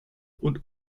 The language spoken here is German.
und